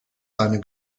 seine